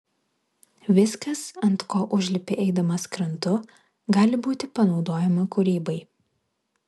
viskas ant ko užlipi eidamas krantu gali būti panaudojama kūrybai